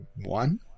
one